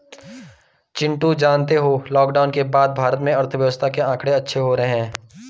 चिंटू जानते हो लॉकडाउन के बाद भारत के अर्थव्यवस्था के आंकड़े अच्छे हो रहे हैं